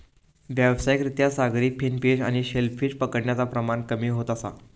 व्यावसायिक रित्या सागरी फिन फिश आणि शेल फिश पकडण्याचा प्रमाण कमी होत असा